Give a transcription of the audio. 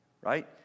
right